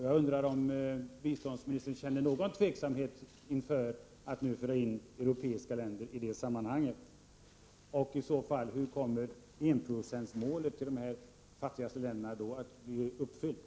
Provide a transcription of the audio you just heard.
Jag undrar om biståndsministern känner någon tveksamhet inför att nu föra in europeiska länder i det sammanhanget? Hur kommer i så fall enprocentsmålet att bli uppfyllt i de fattigaste länderna.